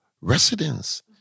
residents